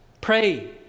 Pray